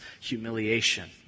humiliation